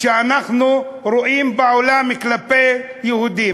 שאנחנו רואים בעולם כלפי יהודים?